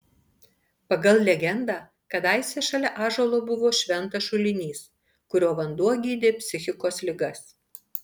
pagal legendą kadaise šalia ąžuolo buvo šventas šulinys kurio vanduo gydė psichikos ligas